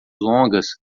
longas